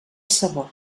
sabor